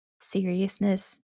seriousness